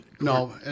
No